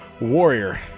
Warrior